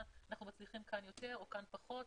אנחנו מצליחים כאן יותר או כאן פחות.